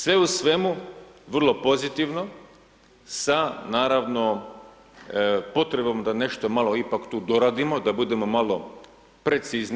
Sve u svemu vrlo pozitivno sa naravno potrebom da nešto malo ipak tu doradimo, da budemo malo precizni.